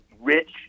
rich